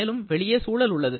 மேலும் வெளியே சூழல் உள்ளது